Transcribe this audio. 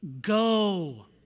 go